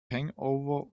hangover